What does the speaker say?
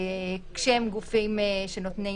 שהם גופים שנותנים